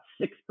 six